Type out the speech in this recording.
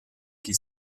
qui